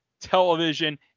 television